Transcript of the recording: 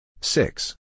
Six